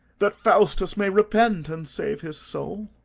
that faustus may repent and save his soul!